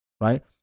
right